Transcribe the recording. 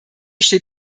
hier